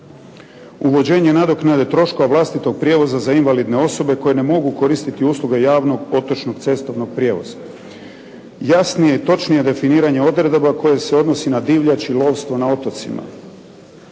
Uvođenje nadoknade troškova vlastitog prijevoza za invalidne osobe koje ne mogu koristiti usluge javnog potrošnog cestovnog prijevoza. Jasnije i točnije definiranje odredaba koje se odnosi na divljač i lovstvo na otocima.